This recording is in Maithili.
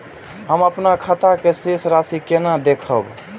हम अपन खाता के शेष राशि केना देखब?